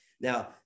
Now